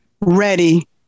ready